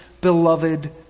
beloved